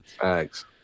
Thanks